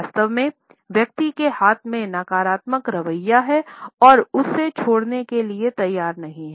वास्तव में व्यक्ति के हाथ में नकारात्मक रवैया है और उसे छोड़ने के लिए तैयार नहीं हैं